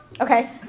Okay